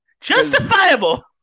justifiable